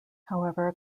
however